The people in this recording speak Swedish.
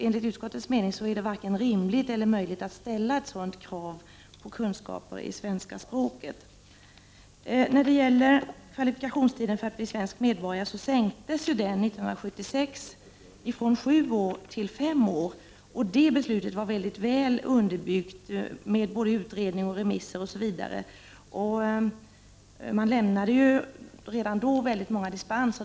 Enligt utskottets mening är det varken rimligt eller möjligt att ställa sådana krav på kunskaper i svenska språket. Tiden som krävs innan man kan bli svensk medborgare sänktes 1976 från sju år till fem år. Det beslutet var mycket väl underbyggt med utredning, remisser o.s.v. Man lämnade ju redan då många dispenser.